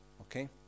Okay